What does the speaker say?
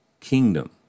kingdom